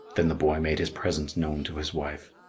then the boy made his presence known to his wife.